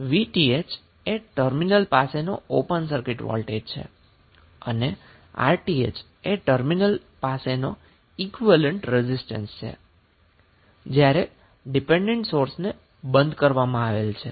Vth એ terminal પાસેનો open circuit voltage છે અને Rth એ ટર્મિનલ પાસેનો ઈક્વીવેલેન્ટ રેઝિસ્ટન્સ છે જ્યારે ડીપેન્ડન્ટ સોર્સને બંધ કરવામાં આવેલ છે